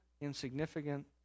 insignificant